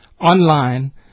online